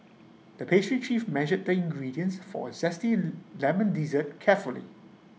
the pastry chief measured the ingredients for A Zesty Lemon Dessert carefully